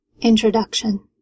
Introduction